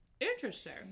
Interesting